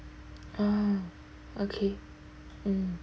oh okay mm